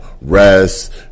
rest